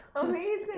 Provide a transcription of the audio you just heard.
Amazing